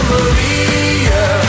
Maria